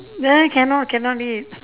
mm then cannot cannot eat